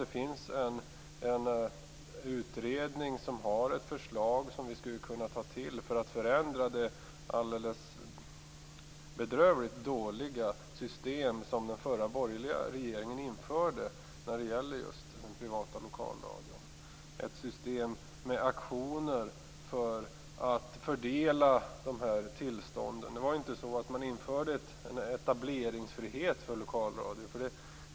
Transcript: Det finns en utredning som har ett förslag som vi skulle kunna ta till för att förändra det alldeles bedrövliga system som den förra borgerliga regeringen införde för den privata lokalradion, ett system med auktioner för att fördela tillstånden. Det var inte så att man införde en etableringsfrihet för lokalradio.